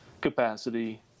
capacity